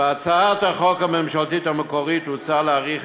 בהצעת החוק הממשלתית המקורית הוצע להאריך